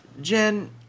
Jen